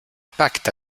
pacte